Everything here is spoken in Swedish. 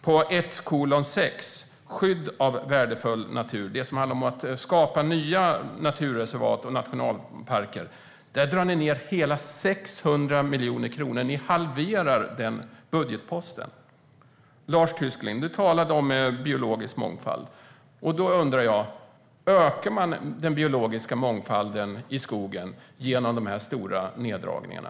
På anslag 1:16 Skydd av värdefull natur, som handlar om att skapa nya naturreservat och nationalparker, drar ni ned med hela 600 miljoner kronor - ni halverar den budgetposten. Lars Tysklind! Du talade om biologisk mångfald. Då undrar jag: Ökar man den biologiska mångfalden i skogen genom de här stora neddragningarna?